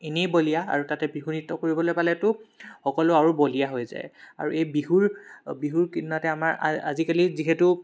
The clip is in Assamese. এনেই বলীয়া আৰু তাতে বিহু নৃত্য কৰিবলৈ পালেটো সকলো আৰু বলীয়া হৈ যায় আৰু এই বিহুৰ বিহুৰ কেইদিনতে আমাৰ আজিকালি যিহেতু